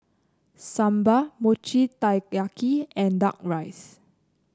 sambal Mochi Taiyaki and duck rice